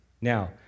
Now